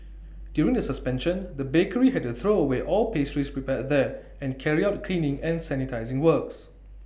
during the suspension the bakery had to throw away all pastries prepared there and carry out cleaning and sanitising works